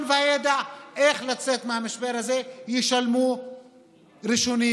והידע איך לצאת מהמשבר הזה ישלמו ראשונים,